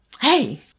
Hey